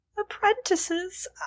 Apprentices